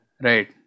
right